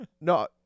no